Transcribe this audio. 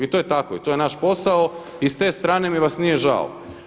I to je tako i to je naš posao i s te strane mi vas nije žao.